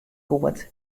goed